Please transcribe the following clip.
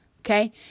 okay